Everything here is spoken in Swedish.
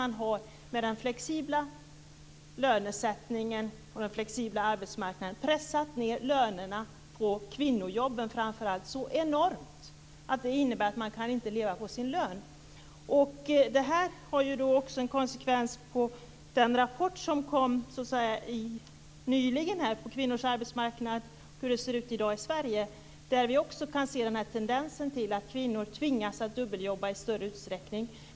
Man har i och med den flexibla lönesättningen och den flexibla arbetsmarknaden pressat ned lönerna för framför allt kvinnojobben så enormt att kvinnorna inte kan leva på sina löner. Det här visade sig också i den rapport om kvinnors arbetsmarknad i Sverige som nyligen kom. Även där kunde vi se den här tendensen, att kvinnor tvingas dubbelarbeta i större utsträckning.